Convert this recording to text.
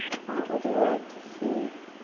what would you like to see